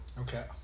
Okay